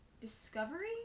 Discovery